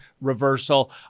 reversal